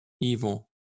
evil